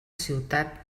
ciutat